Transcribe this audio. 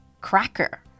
cracker